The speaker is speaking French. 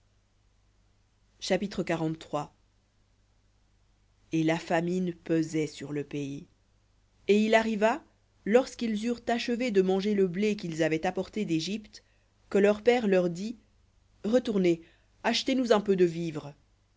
chapitre et la famine pesait sur le pays et il arriva lorsqu'ils eurent achevé de manger le blé qu'ils avaient apporté d'égypte que leur père leur dit retournez achetez nous un peu de vivres